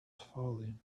falling